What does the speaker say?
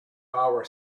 hour